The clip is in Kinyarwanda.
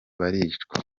baricwa